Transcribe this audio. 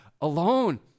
alone